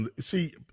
see